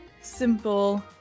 simple